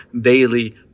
daily